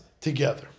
together